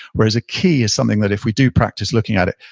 whereas a key is something that if we do practice looking at it.